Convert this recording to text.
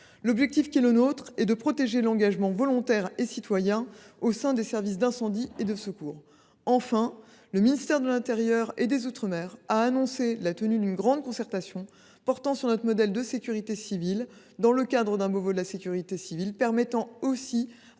objectif est bien de protéger l’engagement volontaire et citoyen au sein des services d’incendie et de secours. Enfin, le ministre de l’intérieur et des outre mer a annoncé la tenue d’une grande concertation portant sur notre modèle de sécurité civile, dans le cadre d’un « Beauvau de la sécurité civile »; nous